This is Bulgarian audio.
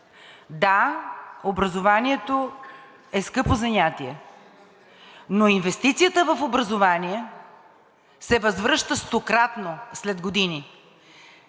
Да, образованието е скъпо занятие, но инвестицията в образование се възвръща стократно след години.